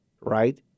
right